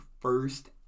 first